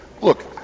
look